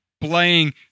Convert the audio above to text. Playing